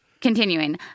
Continuing